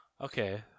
Okay